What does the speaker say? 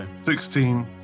Sixteen